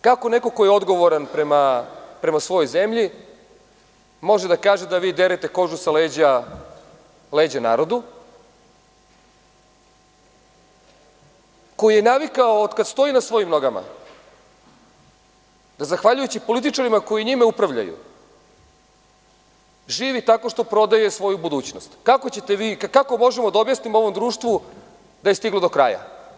Kako neko ko je odgovoran prema svojoj zemlji, dakle, može da kaže da vi derete kožu sa leđa ovom narodu, koji je navikao, od kad stoji na svojim nogama, da zahvaljujući političarima koji njima upravljaju, žive tako što prodaju svoju budućnost i kako možemo da objasnimo ovom društvu da je stiglo do kraja?